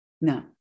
no